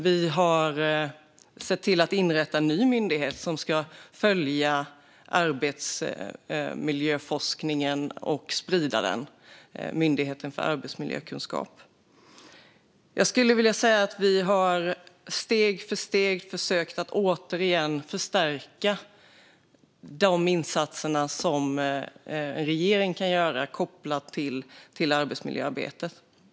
Vi har sett till att en ny myndighet har inrättats - Myndigheten för arbetsmiljökunskap - som ska följa arbetsmiljöforskningen och sprida den. Jag skulle vilja säga att vi steg för steg har försökt att åter förstärka de insatser som en regering kan göra kopplat till arbetsmiljöarbetet.